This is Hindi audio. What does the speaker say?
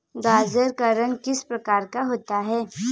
गाजर का रंग किस प्रकार का होता है?